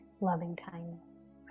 loving-kindness